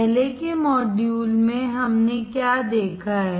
पहले के मॉड्यूल में हमने क्या देखा है